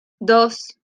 dos